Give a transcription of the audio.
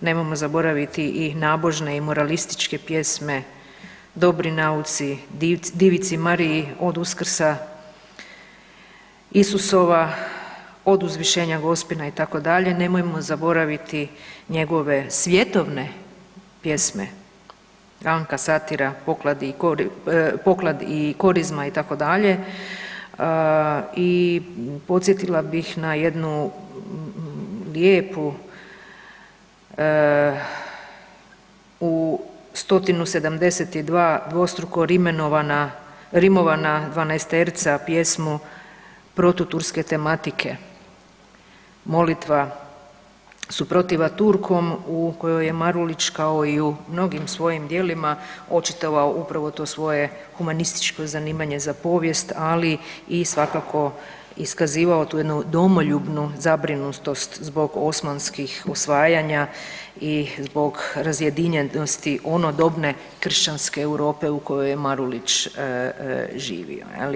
nemojmo zaboraviti i nabožne i moralističke pjesme „Dobri nauci“, „Divici Mariji“ „Od uskrsa Isusova“, „Od uzvišenja Gospina“ itd., nemojmo zaboraviti njegove svjetovne pjesme „Anka satira“, „Poklad“ i korizma“ itd. i podsjetila bih na jednu lijepu u 172 dvostruko rimovana dvanaesterca pjesmu protuturske tematike „Molitva suprotiva Turkom“ u kojoj je Marulić kao i u mnogim svojim djelima očitova upravo to svoje humanističko zanimanje za povijest, ali i svakako iskazivao tu jednu domoljubnu zabrinutost zbog osmanskih osvajanja i zbog razjedinjenosti onodobne kršćanske Europe u kojoj je Marulić živio.